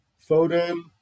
Foden